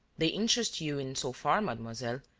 they interest you in so far, mademoiselle,